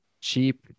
cheap